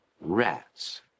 rats